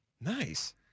Nice